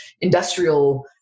industrial